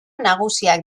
nagusiak